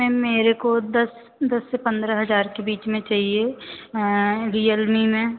ma'am मेरे को दस दस से पन्द्रह हज़ार के बीच में चाहिए रियलमी में